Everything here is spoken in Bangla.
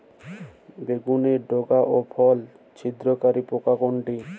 বেগুনের ডগা ও ফল ছিদ্রকারী পোকা কোনটা?